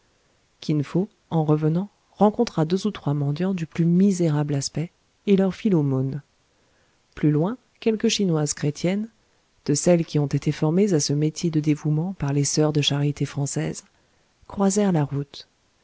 kin fo en revenant rencontra deux ou trois mendiants du plus misérable aspect et leur fit l'aumône plus loin quelques chinoises chrétiennes de celles qui ont été formées à ce métier de dévouement par les soeurs de charité françaises croisèrent la route